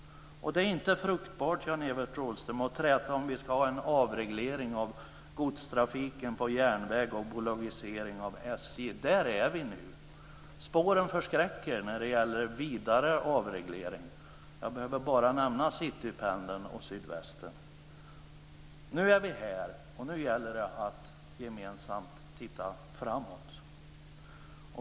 Det är inte fruktbart, Jan-Evert Rådhström, att träta om ifall vi ska ha en avreglering av godstrafiken på järnväg och en bolagisering av SJ. Där är vi nu. Spåren förskräcker när det gäller vidare avregleringar. Jag behöver bara nämna Citypendeln och Sydvästen. Nu är vi här, och nu gäller det att gemensamt titta framåt.